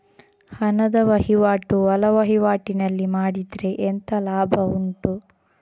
ಹಣದ ವಹಿವಾಟು ಒಳವಹಿವಾಟಿನಲ್ಲಿ ಮಾಡಿದ್ರೆ ಎಂತ ಲಾಭ ಉಂಟು?